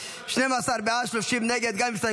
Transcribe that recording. זו לא עברה.